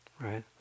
right